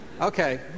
Okay